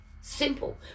Simple